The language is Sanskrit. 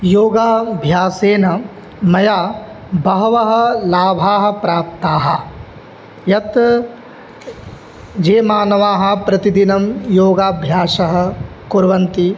योगाभ्यासेन मया बहवः लाभाः प्राप्ताः यत् ये मानवाः प्रतिदिनं योगाभ्यासं कुर्वन्ति